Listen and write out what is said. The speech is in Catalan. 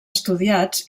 estudiats